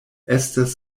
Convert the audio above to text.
estas